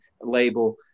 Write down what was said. label